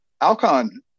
Alcon